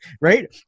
Right